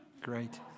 Great